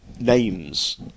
names